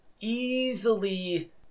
easily